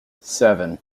seven